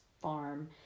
farm